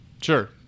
Sure